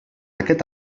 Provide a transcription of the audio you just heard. aquest